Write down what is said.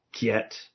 Get